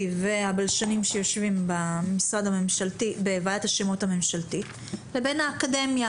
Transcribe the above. והבלשנים שיושבים בוועדת השמות הממשלתית לבין האקדמיה,